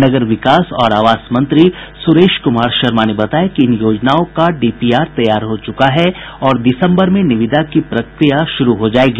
नगर विकास और आवास मंत्री सुरेश कुमार शर्मा ने बताया कि इन योजनाओं को डीपीआर तैयार हो चुका है और दिसम्बर में निविदा की प्रक्रिया शुरू हो जायेगी